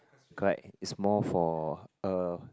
correct is more for uh